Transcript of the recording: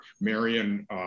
Marion